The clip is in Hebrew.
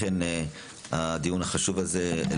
לכן ראינו לנכון לקיים את הדיון החשוב הזה למרות,